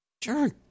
Jerk